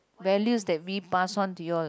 values that we passed on to you all